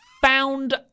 found